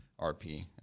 RP